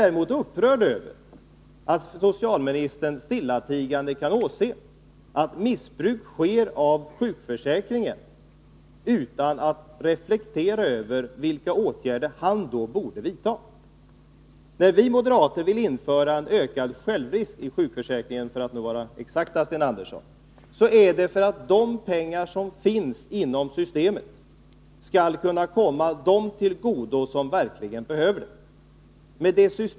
Däremot är jag upprörd över att socialministern stillatigande kan Torsdagen den åse att missbruk av sjukförsäkringen sker, utan att reflektera över vilka 5 maj 1983 åtgärder han borde vidta. När vi moderater vill införa ökad självrisk i sjukförsäkringen — för att nu vara exakt, Sten Andersson — så är det för att de pengar som finns inom systemet skall kunna komma dem till godo som verkligen behöver dem.